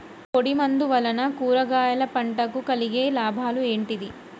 పొడిమందు వలన కూరగాయల పంటకు కలిగే లాభాలు ఏంటిది?